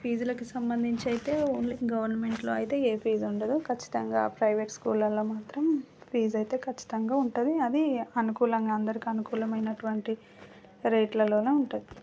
ఫీజులకి సంబంధించి అయితే ఓన్లీ గవర్నమెంట్లో అయితే ఏ ఫీజు ఉండదు ఖచ్చితంగా ప్రైవేట్ స్కూళ్ళల్లో మాత్రం ఫీజ్ అయితే ఖచ్చితంగా ఉంటుంది అది అనుకూలంగా అందరికి అనుకూలమైనటువంటి రేట్లలో ఉంటుంది